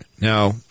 Now